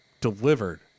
delivered